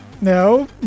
No